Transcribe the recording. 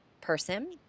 person